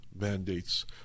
mandates